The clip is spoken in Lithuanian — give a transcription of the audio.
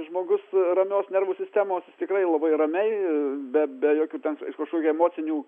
žmogus ramios nervų sistemos jis tikrai labai ramiai be be jokių ten kažkokių emocinių